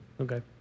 Okay